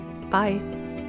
Bye